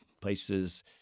places